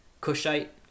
Cushite